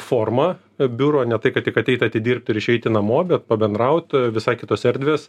forma biuro ne tai kad tik ateit atidirbt ir išeiti namo bet pabendraut visai kitos erdvės